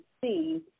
see